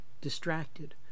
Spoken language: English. distracted